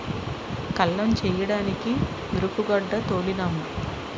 కల్లం చేయడానికి నూరూపుగొడ్డ తోలినాము